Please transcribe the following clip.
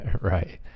right